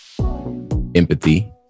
empathy